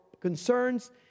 concerns